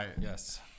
Yes